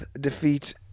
defeat